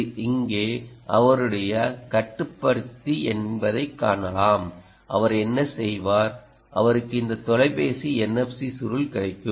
இது இங்கே அவருடைய கட்டுப்படுத்தி என்பதை காணலாம் அவர் என்ன செய்வார் அவருக்கு இந்த தொலைபேசி என்எப்சி சுருள் கிடைக்கும்